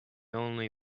only